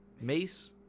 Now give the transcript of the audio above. Mace